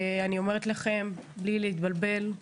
אני אומרת לכם בלי להתבלבל,